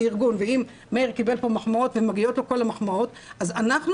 כארגון ומאיר קיבל פה מחמאות ומגיעות לו כל המחמאות אז אנחנו